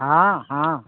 हाँ हाँ